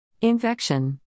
Infection